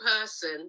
person